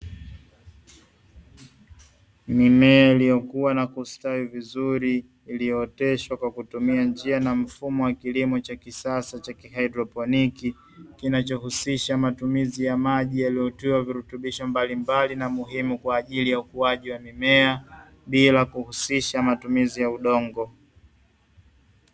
Mimea iliyokua na kustawi vizuri iliyooteshwa kwa kutumia njia na mfumo wa kilimo cha kisasa cha kihaidroponi, kinachohusisha matumizi ya maji yaliyotiwa virutubisho mbalimbali na muhimu kwa ajili ya ukuaji wa mimea bila kuhusisha matumizi ya udongo.